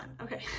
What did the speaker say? okay